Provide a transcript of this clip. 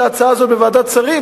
וכאשר בא חוק פינוי-פיצוי,